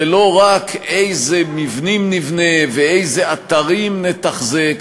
לא רק איזה מבנים נבנה ואיזה אתרים נתחזק,